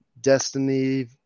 Destiny